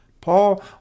Paul